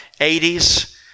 80s